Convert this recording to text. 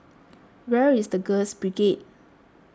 where is the Girls Brigade